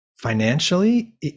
Financially